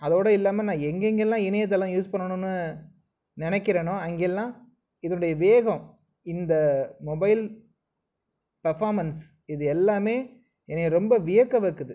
அதோடய இல்லாமல் நான் எங்கேங்கலாம் இணையத்தளம் யூஸ் பண்ணனும்னு நினைக்கறனோ அங்கேல்லா இதனுடைய வேகம் இந்த மொபைல் பர்ஃபார்மன்ஸ் இது எல்லாமே என்னைய ரொம்ப வியக்க வைக்கிது